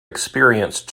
experience